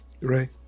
Right